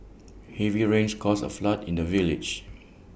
heavy rains caused A flood in the village